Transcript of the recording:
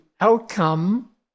outcome